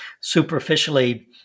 superficially